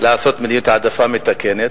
לעשות העדפה מתקנת.